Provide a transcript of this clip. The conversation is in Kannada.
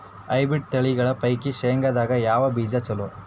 ಹೈಬ್ರಿಡ್ ತಳಿಗಳ ಪೈಕಿ ಶೇಂಗದಾಗ ಯಾವ ಬೀಜ ಚಲೋ?